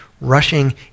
rushing